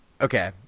okay